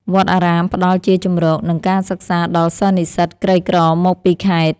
វត្តអារាមផ្តល់ជាជម្រក និងការសិក្សាដល់សិស្សនិស្សិតក្រីក្រមកពីខេត្ត។